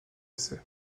essais